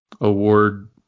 Award